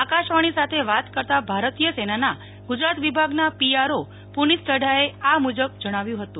આકાશવાણી સાથે વાત કરતા ભારતીય સેનાના ગુજરાત વિભાગના પીઆરઓ પુનિત ચક્રાએ આ મુજબ જણાવ્યું હતું